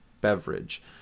beverage